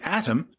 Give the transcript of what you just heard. atom